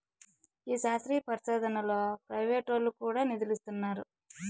ఈ శాస్త్రీయ పరిశోదనలో ప్రైవేటోల్లు కూడా నిదులిస్తున్నారు